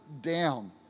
down